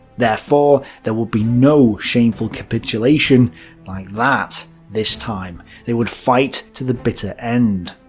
therefore, there would be no shameful capitulation like that this time they would fight to the bitter end.